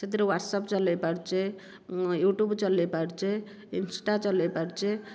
ସେଥିରେ ହ୍ଵାଟ୍ସଆପ ଚଲାଇ ପାରୁଛେ ୟୁଟ୍ୟୁବ ଚଲାଇ ପାରୁଛେ ଇନ୍ସଟା ଚଲାଇ ପାରୁଛେ